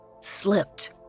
slipped